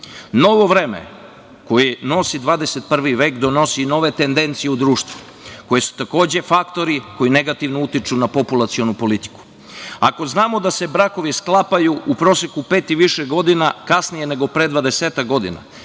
vreme koje nosi 21. vek donosi i nove tendencije u društvu koje su, takođe faktori koji negativno utiču na populacionu politiku. Ako znamo da se brakovi sklapaju u proseku pet i više godina kasnije nego pre dvadesetak